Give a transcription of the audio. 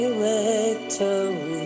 victory